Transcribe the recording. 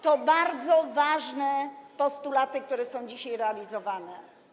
To bardzo ważne postulaty, które są dzisiaj realizowane.